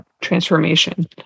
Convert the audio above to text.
transformation